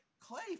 Clay